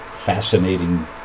fascinating